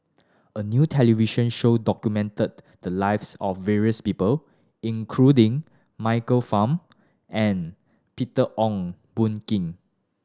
a new television show documented the lives of various people including Michael Fam and Peter Ong Boon Kwee